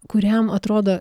kuriam atrodo